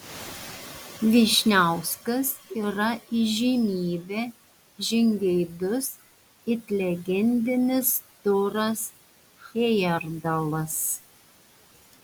vyšniauskas yra įžymybė žingeidus it legendinis turas hejerdalas